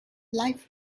life